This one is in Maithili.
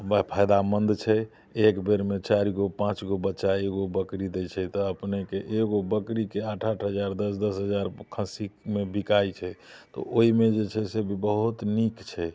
फायदामन्द छै एक बेरमे चारि गो पाँच गो बच्चा एगो बकरी दै छै तऽ अपनेके एगो बकरीके आठ आठ हजार दस दस हजार खस्सीमे बिकाइ छै ओइमे जे छै से बहुत नीक छै